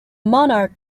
monarch